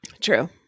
True